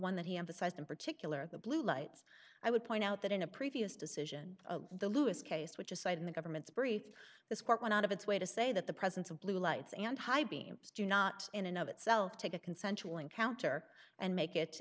one that he emphasized in particular the blue lights i would point out that in a previous decision the lewis case which side in the government's brief this court went out of its way to say that the presence of blue lights and high beams do not in and of itself take a consensual encounter and make it